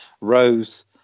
Rose